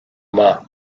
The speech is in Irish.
maith